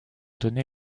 donné